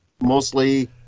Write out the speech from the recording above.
mostly